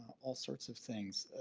all sorts of things.